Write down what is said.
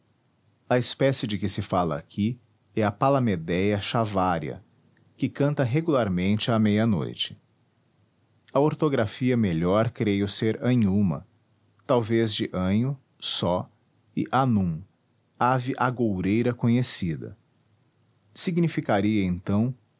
a espécie de que se fala aqui é a palamedea chavaria que canta regularmente à meia-noite a ortografia melhor creio ser anhuma talvez de anho só e anum ave agoureira conhecida significaria então